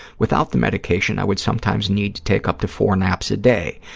without the medication, i would sometimes need to take up to four naps a day.